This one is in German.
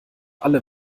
alle